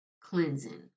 cleansing